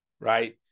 right